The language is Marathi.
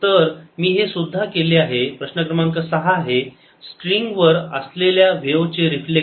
तर मी हे सुद्धा केले आहे हा प्रश्न क्रमांक 6 आहे स्ट्रिंग वर असलेल्या व्हेव चे रिफ्लेक्शन